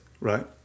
right